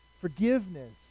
forgiveness